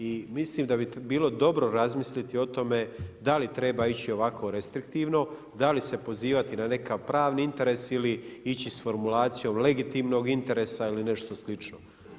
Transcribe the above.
I mislim da bi bilo dobro razmisliti o tome da li treba ići ovako restriktivno, da li se pozivati na nekakav pravni interes ili ići sa formulacijom legitimnog interesa ili nešto slično.